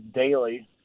daily